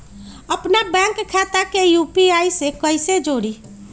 अपना बैंक खाता के यू.पी.आई से कईसे जोड़ी?